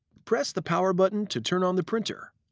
press the power button to turn on the printer.